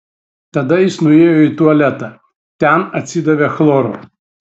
tada jis nuėjo į tualetą ten atsidavė chloru